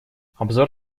обзор